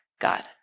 God